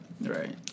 Right